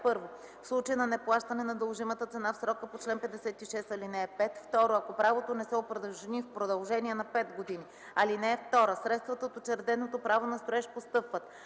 1. в случай на неплащане на дължимата цена в срока по чл.56, ал. 5; 2. ако правото не се упражни в продължение на 5 години. (2) Средствата от учреденото право на строеж постъпват: